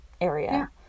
area